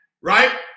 right